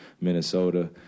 Minnesota